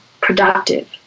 productive